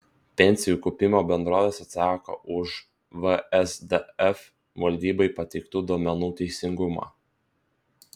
pensijų kaupimo bendrovės atsako už vsdf valdybai pateiktų duomenų teisingumą